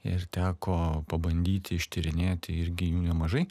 ir teko pabandyti ištyrinėti irgi jų nemažai